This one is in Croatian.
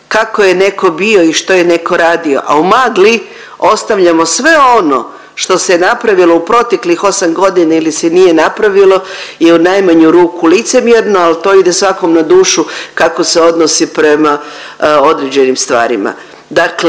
kako je netko bio i što je netko radio, a u magli ostavljamo sve ono što se napravilo u proteklih 8 godina ili se nije napravilo je u najmanju ruku licemjerno, ali to ide svakom na dušu kako se odnosi prema određenim stvarima.